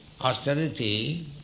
austerity